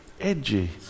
edgy